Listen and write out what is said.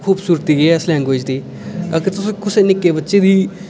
खूबसूरती केह् ऐ इस लैंग्विज दी अगर तुसें कुसै निक्के बच्चे दी